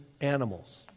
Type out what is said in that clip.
animals